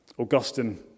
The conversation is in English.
Augustine